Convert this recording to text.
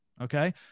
Okay